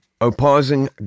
opposing